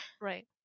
Right